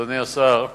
אדוני השר,